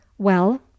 Well